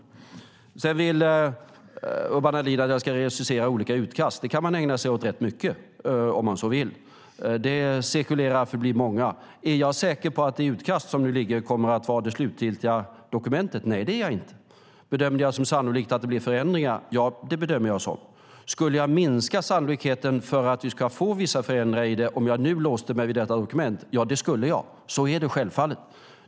Sedan vill Urban Ahlin att jag ska recensera olika utkast. Det kan man ägna sig åt rätt mycket om man så vill. Det cirkulerar förbi många. Är jag säker på att det utkast som nu finns kommer att vara det slutgiltiga dokumentet? Nej, det är jag inte. Bedömer jag det som sannolikt att det blir förändringar? Ja, det gör jag. Skulle jag minska sannolikheten för att vi ska få vissa förändringar i det om jag nu låste mig vid detta dokument? Ja, det skulle jag. Så är det självfallet.